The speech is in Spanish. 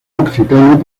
occitano